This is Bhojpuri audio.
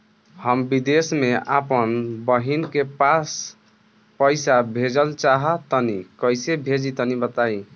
हम विदेस मे आपन बहिन के पास पईसा भेजल चाहऽ तनि कईसे भेजि तनि बताई?